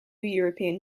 european